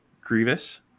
Grievous